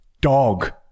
dog